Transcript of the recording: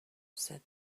said